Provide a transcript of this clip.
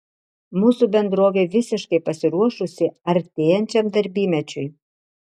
mūsų bendrovė visiškai pasiruošusi artėjančiam darbymečiui